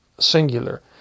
singular